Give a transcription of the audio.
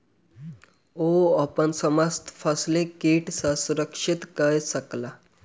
ओ अपन समस्त फसिलक कीट सॅ सुरक्षित कय सकला